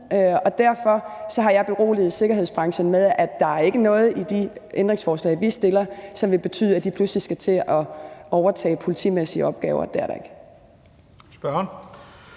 og derfor har jeg beroliget sikkerhedsbranchen med, at der ikke er noget i de ændringsforslag, som vi stiller, som vil betyde, at de pludselig skal til at overtage politimæssige opgaver. For det er der ikke. Kl.